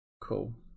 Cool